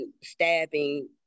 stabbing